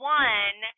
one